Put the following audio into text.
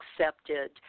accepted